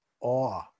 awe